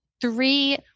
three